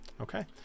Okay